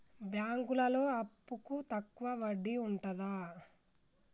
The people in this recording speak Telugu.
బ్యాంకులలో అప్పుకు తక్కువ వడ్డీ ఉంటదా?